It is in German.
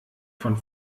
von